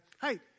Hey